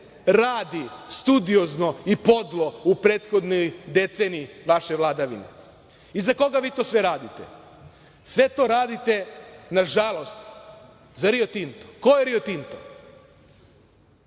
radi studiozno i podlo u prethodnoj deceniji vaše vladavine. I za koga vi to sve radite? Sve to radite, nažalost, za Rio Tinto. Ko je Rio Tinto? Rio